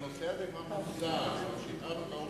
הנושא הזה כבר מוצה, משום שאיתרנו קרוב